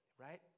right